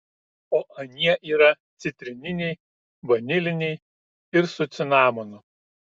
o anie yra citrininiai vaniliniai ir su cinamonu